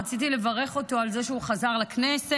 רציתי לברך אותו על זה שהוא חזר לכנסת,